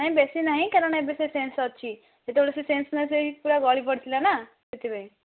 ନାଇଁ ବେଶି ନାଇଁ କାରଣ ଏବେ ସେ ସେନ୍ସ ଅଛି ଯେତେବେଳେ ସେ ସେନ୍ସଲେସ୍ ହୋଇକି ପୁରା ଗଳି ପଡ଼ିଥିଲା ନା ସେଥିପାଇଁ